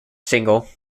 single